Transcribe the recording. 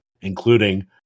including